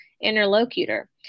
interlocutor